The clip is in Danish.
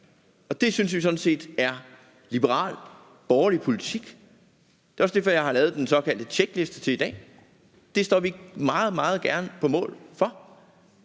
Det synes vi sådan set er liberal-borgerlig politik. Det er også derfor, jeg har lavet den såkaldte tjekliste til i dag. Det står vi meget, meget gerne på mål for,